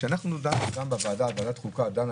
כשאנחנו בוועדת חוקה דנו